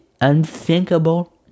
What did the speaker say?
unthinkable